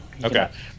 Okay